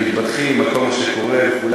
ומתבדחים על כל מה שקורה וכו',